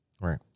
Right